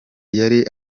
yari